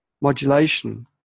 modulation